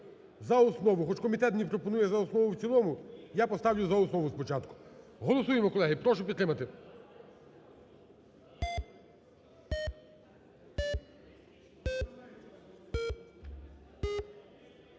за основу. Хоч комітет пропонує за основу і в цілому, я поставлю за основу спочатку. Голосуємо, колеги, прошу підтримати.